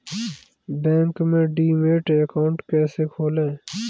Bank में demat account कैसे खोलें?